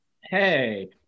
Hey